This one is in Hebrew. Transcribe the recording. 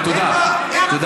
תודה.